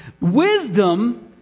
wisdom